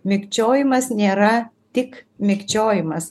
mikčiojimas nėra tik mikčiojimas